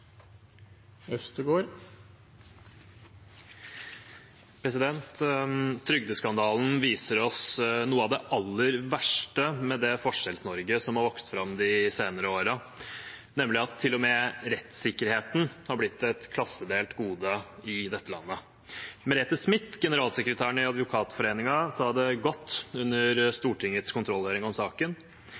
Trygdeskandalen viser oss noe av det aller verste med det Forskjells-Norge som har vokst fram de senere årene, nemlig at til og med rettssikkerheten har blitt et klassedelt gode i dette landet. Merete Smith, generalsekretæren i Advokatforeningen, sa det godt under Stortingets kontrollhøring om saken: